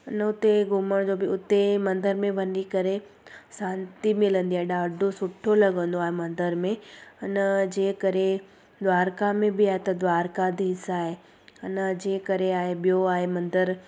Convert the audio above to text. अन हुते घुमण जो बि उते मंदर में बि वञी करे शांती मिलंदी आहे ॾाढो सुठो लॻंदो आहे मंदर में हिन जे करे द्वारका में बि आहे त द्वारकाधीश आहे अन जीअं करे आहे ॿियो आहे मंदरु